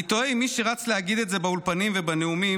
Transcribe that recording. אני תוהה אם מי שרץ להגיד את זה באולפנים ובנאומים